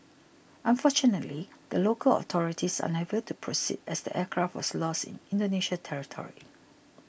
unfortunately the local authorities are unable to proceed as the aircraft was lost in Indonesia territory